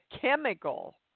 chemical